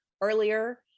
earlier